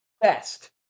best